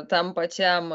tam pačiam